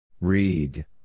Read